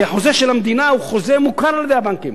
כי החוזה של המדינה הוא חוזה מוכר על-ידי הבנקים.